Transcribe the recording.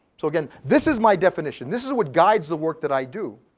so again, this is my definition. this is what guides the work that i do.